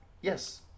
Yes